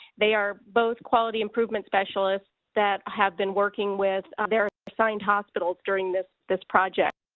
they are both quality improvement specialists that have been working with their assigned hospitals during this this project.